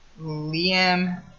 Liam